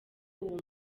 uwo